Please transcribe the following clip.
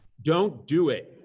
don't do it.